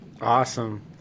Awesome